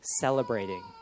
celebrating